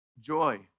joy